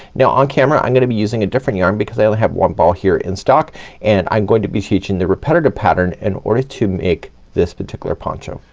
now on camera i'm gonna be using a different yarn because i only have one ball here in stock and i'm going to be teaching the repetitive pattern in order to make this particular poncho.